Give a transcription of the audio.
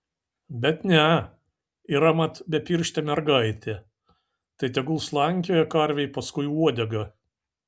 bet ne yra mat bepirštė mergaitė tai tegu slankioja karvei paskui uodegą